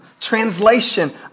Translation